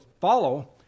follow